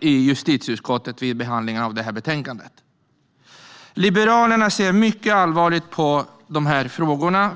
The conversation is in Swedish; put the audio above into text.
justitieutskottet vid behandlingen av detta betänkande. Liberalerna ser mycket allvarligt på dessa frågor.